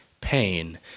pain